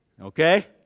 Okay